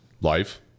life